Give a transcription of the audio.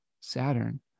Saturn